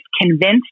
convinced